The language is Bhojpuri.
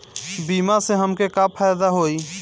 बीमा से हमके का फायदा होई?